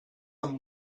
amb